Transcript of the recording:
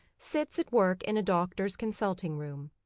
sits at work in a doctor's consulting-room.